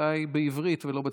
אולי בעברית ולא בצרפתית.